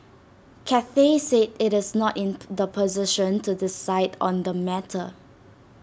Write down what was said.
Cathay said IT is not in the position to decide on the matter